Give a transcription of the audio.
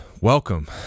welcome